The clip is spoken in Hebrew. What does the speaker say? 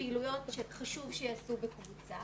פעילויות שחשוב שיעשו בקבוצה,